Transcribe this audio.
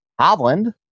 Hovland